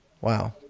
Wow